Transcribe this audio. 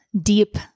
deep